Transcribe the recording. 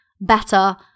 better